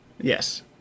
Yes